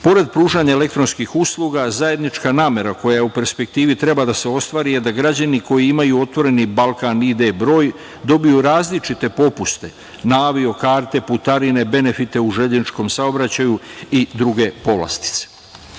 pružanja elektronskih usluga zajednička namera koja u perspektivi treba da se ostvari je da građani koji imaju „Otvoreni Balkan“ ID broj dobiju različite popuste na avio karte, putarine, benefite u železničkom saobraćaju i druge povlastice. Ovaj